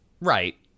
right